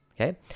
Okay